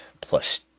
plus